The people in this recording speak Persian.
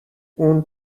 اون